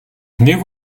нэг